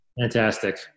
Fantastic